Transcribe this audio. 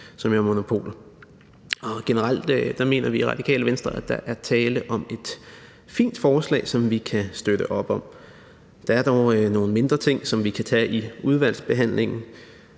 på den anden. Generelt mener vi i Radikale Venstre, at der er tale om et fint forslag, som vi kan støtte op om. Der er dog nogle mindre ting, som vi kan tage i udvalgsbehandlingen,